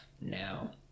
now